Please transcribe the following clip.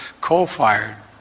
coal-fired